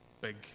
big